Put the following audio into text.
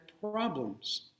problems